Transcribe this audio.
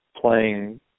playing